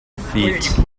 feet